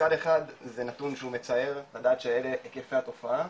שמצד אחד זה נתון שהוא מצער לדעת שאלה היקפי התופעה,